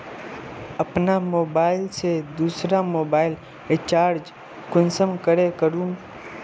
अपना मोबाईल से दुसरा मोबाईल रिचार्ज कुंसम करे करूम?